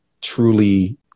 truly